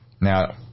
Now